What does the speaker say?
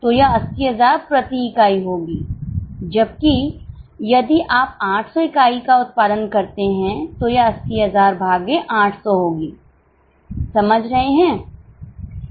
तो यह 80000 प्रति इकाई होगी जबकि यदि आप 800 इकाइयों का उत्पादन करते हैं तो यह 80000 भागे 800 होगी समझ रहे हैं